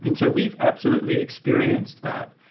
and so we've absolutely experienced that,